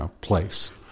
place